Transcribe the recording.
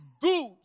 good